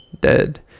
dead